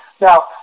Now